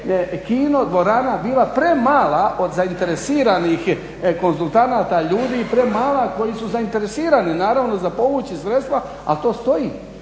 kino dvorana bila premala od zainteresiranih konzultanata, ljudi, premala koji su zainteresirani naravno za povući sredstva a to stoji.